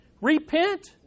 Repent